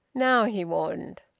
now! he warned.